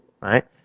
right